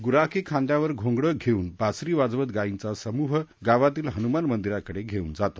गुराखी खांद्यावर घोंगडे घेवून बासरी वाजवित गायींचा समूह गावातील हनुमान मंदिराकडे घेवून जातो